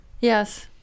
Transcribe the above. Yes